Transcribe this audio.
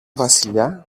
βασιλιά